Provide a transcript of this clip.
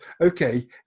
okay